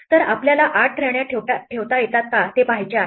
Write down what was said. तर आपल्याला 8 राण्या ठेवता येतात का ते पहायचे आहे